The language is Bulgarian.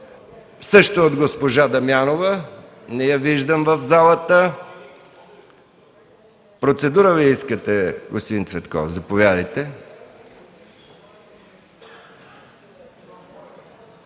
също от госпожа Дамянова, не я виждам в залата. Процедура ли искате, господин Цветков? Заповядайте!